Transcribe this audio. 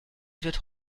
wird